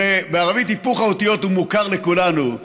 הרי בערבית היפוך האותיות מוכר לכולנו.